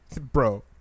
bro